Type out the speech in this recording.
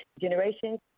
generations